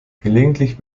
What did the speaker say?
gelegentlich